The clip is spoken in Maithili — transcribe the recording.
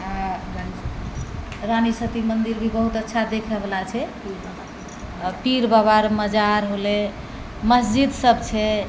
रानी सती मंदिर भी बहुत अच्छा देखय बाला छै पीर बाबा रऽ मजार होलै मस्जिद सब छै